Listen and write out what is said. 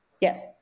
Yes